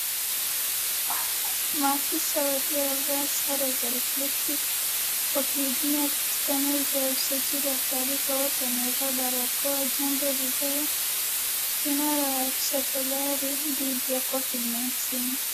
Maafisa wakiwa wamevaa sare za reflective wakihudumia katika meza ya usajili wa taarifa. Wote wamevaa barakoa jambo linaloashiria tahadhari dhidi ya Covid Nineteen .